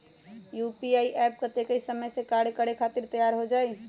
UPI app कतेइक समय मे कार्य करे खातीर तैयार हो जाई?